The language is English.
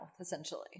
essentially